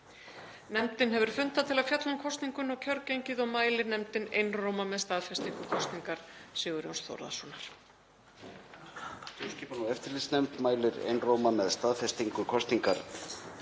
Nefndin hefur fundað til að fjalla um kosninguna og kjörgengið og mælir einróma með staðfestingu kosningar Sigurjóns Þórðarsonar.